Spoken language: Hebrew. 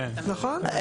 נכון.